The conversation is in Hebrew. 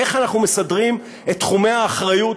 איך אנחנו מסדרים את תחומי האחריות